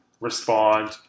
respond